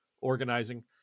organizing